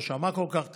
לא שמע כל כך טוב.